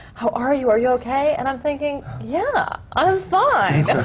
how are you? are you okay? and i'm thinking, yeah, i'm fine!